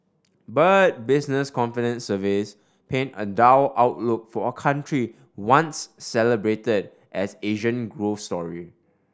but business confidence surveys paint a dull outlook for a country once celebrated as Asian growth story